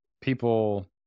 people